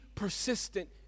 Persistent